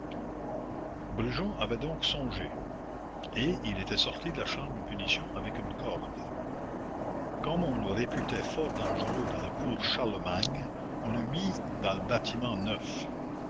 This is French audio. avait songé et il était sorti de la chambre de punition avec une corde comme on le réputait fort dangereux dans la cour charlemagne on le mit dans le bâtiment neuf